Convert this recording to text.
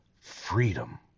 freedom